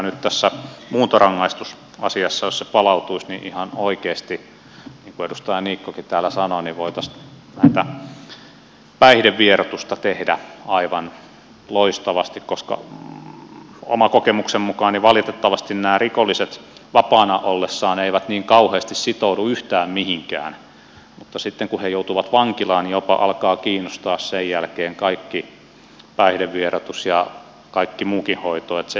nyt tässä muuntorangaistusasiassa jos se palautuisi ihan oikeasti niin kuin edustaja niikkokin täällä sanoi voitaisiin tätä päihdevieroitusta tehdä aivan loistavasti koska oman kokemukseni mukaan valitettavasti nämä rikolliset vapaana ollessaan eivät niin kauheasti sitoudu yhtään mihinkään mutta sitten kun he joutuvat vankilaan niin jopa alkaa kiinnostaa sen jälkeen kaikki päihdevieroitus ja kaikki muukin hoito